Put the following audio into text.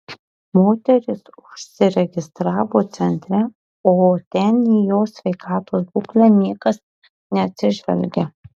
moteris užsiregistravo centre o ten į jos sveikatos būklę niekas neatsižvelgia